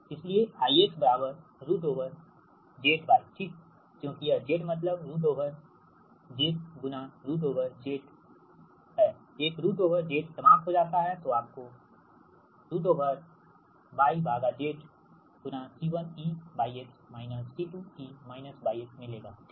इसलिए I root overzy ठीक क्योंकि यह z मतलब रूट ओवर z √z गुना रूट ओवर z √zएक रुट ओवर z समाप्त हो जाता हैतो आपको yz मिलेगाठीक